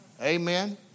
Amen